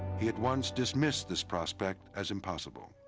he at once dismissed this prospect as impossible.